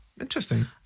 Interesting